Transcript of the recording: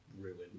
ruined